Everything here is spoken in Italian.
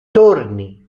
torni